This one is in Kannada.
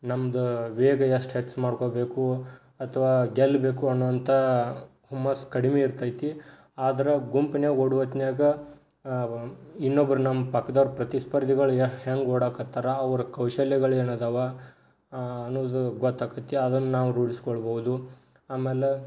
ನಮ್ಮದು ವೇಗ ಎಷ್ಟು ಹೆಚ್ಚು ಮಾಡ್ಕೋಬೇಕು ಅಥವಾ ಗೆಲ್ಲಬೇಕು ಅನ್ನುವಂಥ ಹುಮ್ಮಸ್ಸು ಕಡಿಮೆ ಇರ್ತೈತಿ ಆದ್ರೆ ಗುಂಪಿನ್ಯಾಗೆ ಓಡುವತ್ನಾಗ ಇನ್ನೊಬ್ರು ನಮ್ಮ ಪಕ್ದವ್ರು ಪ್ರತಿಸ್ಪರ್ಧಿಗಳು ಎಷ್ಟು ಹೆಂಗೆ ಓಡಕತ್ತಾರೆ ಅವ್ರ ಕೌಶಲ್ಯಗಳು ಏನು ಇದಾವೆ ಅನ್ನೋದು ಗೊತ್ತಾಕತ್ತಿ ಅದನ್ನು ನಾವು ರೂಢಿಸ್ಕೊಳ್ಬೋದು ಆಮೇಲೆ